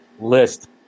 list